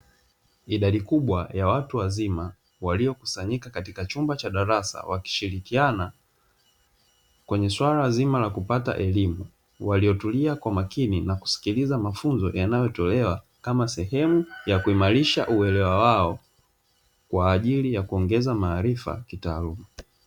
Idadi kubwa ya watu wazima waliokusanyika katika chumba cha darasa wakishirikiana kwenye suala zima la kupata elimu, waliotulia kwa makini na kusikiliza mafunzo yanayotolewa kama sehemu ya kuimarisha uelewa wao kwa ajili ya kuongeza maarifa kitaaluma.